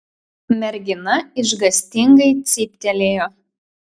mergina išgąstingai cyptelėjo